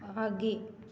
आगे